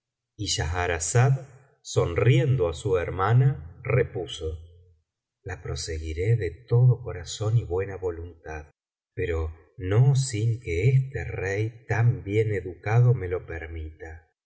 y schahrazada sonriendo á su hermana repuso la proseguiré de todo corazón y buena voluntad pero no sin que este rey tan bien educado me lo permita